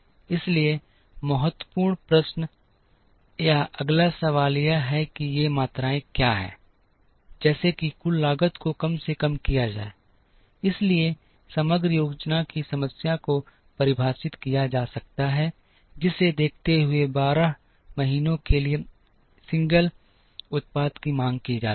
इसलिए महत्वपूर्ण प्रश्न या अगला सवाल यह है कि ये मात्राएँ क्या हैं जैसे कि कुल लागत को कम से कम किया जाए इसलिए समग्र योजना की समस्या को परिभाषित किया जा सकता है जिसे देखते हुए 12 महीनों के लिए एकल उत्पाद की मांग की जाती है